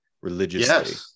religiously